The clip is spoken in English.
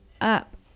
up